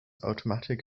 automatic